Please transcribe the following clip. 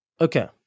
Okay